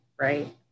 right